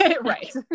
right